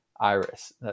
Iris